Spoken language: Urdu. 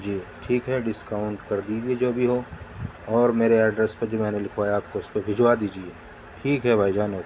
جی ٹھیک ہے ڈسکاؤنٹ کر دیجیے جو بھی ہو اور میرے ایڈریس پہ جو میں نے لکھوایا آپ کو اس پہ بھجوا دیجیے ٹھیک ہے بھائی جان اوکے